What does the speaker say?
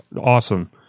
awesome